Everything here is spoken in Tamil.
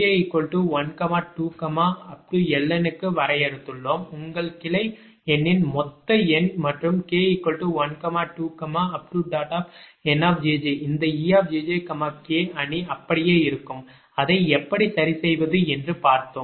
LN க்கு வரையறுத்துள்ளோம் உங்கள் கிளை எண்ணின் மொத்த எண் மற்றும் k12N இந்த ejjk அணி அப்படியே இருக்கும் அதை எப்படி சரி செய்வது என்று பார்த்தோம்